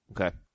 Okay